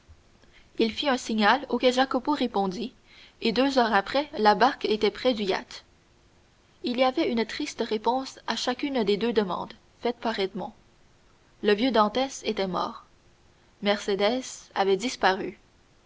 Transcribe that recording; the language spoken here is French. il fit un signal auquel jacopo répondit et deux heures après la barque était près du yacht il y avait une triste réponse à chacune des deux demandes faites par edmond le vieux dantès était mort mercédès avait disparu